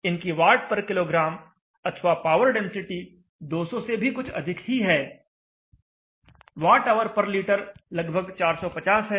इनकी Wkg अथवा power density 200 से भी कुछ अधिक ही है Whliter लगभग 450 है